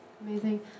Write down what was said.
Amazing